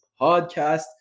podcast